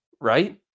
right